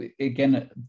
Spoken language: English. again